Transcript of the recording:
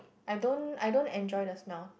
I don't I don't enjoy the smell